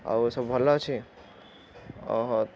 ଆଉ ସବୁ ଭଲ ଅଛିଓହୋ